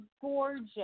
gorgeous